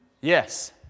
Yes